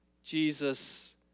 Jesus